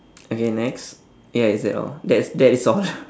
okay next ya is that all that's that is all